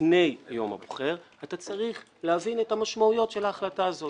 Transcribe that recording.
לפני יום הבוחר אתה צריך להבין את המשמעויות של ההחלטה הזו.